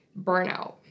burnout